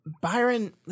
Byron